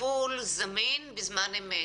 זמין בזמן אמת.